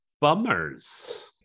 bummers